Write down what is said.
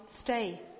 stay